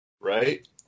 right